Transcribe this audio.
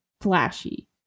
flashy